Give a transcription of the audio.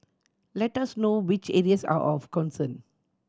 let us know which areas are of concern